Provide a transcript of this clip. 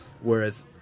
whereas